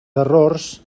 errors